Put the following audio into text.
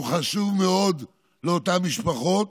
שהוא חשוב מאוד לאותן משפחות,